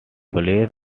plays